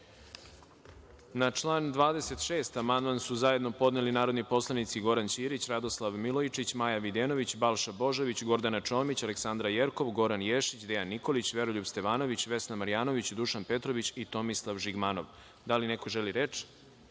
član 26. amandman su zajedno podneli narodni poslanici Goran Ćirić, Radoslav Milojčić, Maja Videnović, Balša Božović, Gordana Čomić, Aleksandra Jerkov, Goran Ješić, Dejan Nikolić, Veroljub Stevanović, Vesna Marjanović, Dušan Petrović i Tomislav Žigmanov. Da li neko želi reč?